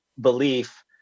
belief